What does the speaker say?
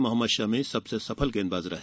मोहम्मक शमी सबसे सफल गेंदबाज रहे